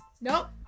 nope